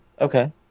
Okay